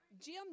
Jim